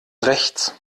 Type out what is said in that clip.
rechts